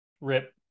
Rip